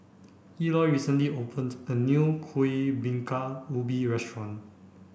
Eloy recently opened a new Kuih Bingka Ubi Restaurant